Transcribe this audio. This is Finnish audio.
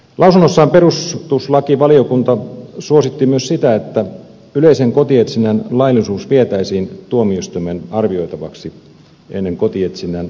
lausunnossaan perustuslakivaliokunta suositti myös sitä että yleisen kotietsinnän laillisuus vietäisiin tuomioistuimen arvioitavaksi ennen kotietsinnän aloittamista